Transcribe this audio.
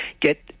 get